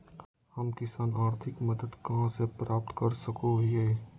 हम किसान आर्थिक मदत कहा से प्राप्त कर सको हियय?